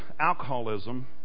alcoholism